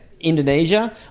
indonesia